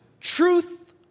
Truth